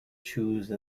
choose